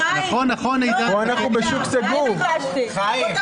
והמנגנון שיש כביכול לשמור על רמת השירות זה התחרות,